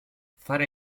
fare